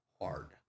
hard